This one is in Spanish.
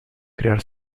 crear